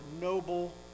noble